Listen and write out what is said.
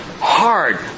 hard